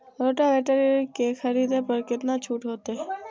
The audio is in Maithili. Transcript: रोटावेटर के खरीद पर केतना छूट होते?